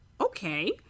okay